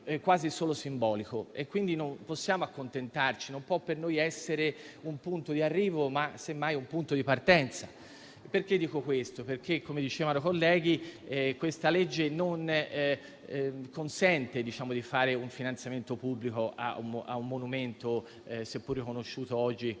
quasi solo simbolico, quindi non possiamo accontentarci. Questo non può per noi essere un punto di arrivo, ma semmai un punto di partenza. Dico questo perché, come dicevano i colleghi, il provvedimento in esame non consente di fare un finanziamento pubblico a un monumento, seppur riconosciuto oggi